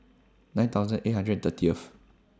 nine thousand eight hundred and thirtieth